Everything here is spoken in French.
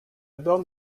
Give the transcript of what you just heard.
borne